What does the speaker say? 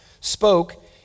spoke